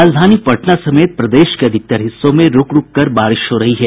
राजधानी पटना समेत प्रदेश के अधिकतर हिस्सों मे रूक रूक कर बारिश हो रही है